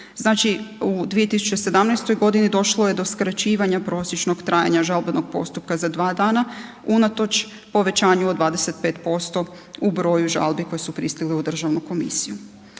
u 2017. godini došlo je do skraćivanja prosječnog trajanja žalbenog postupka za 2 dana unatoč povećanju od 25% u broju žalbi koje su pristigle u državnu komisiju.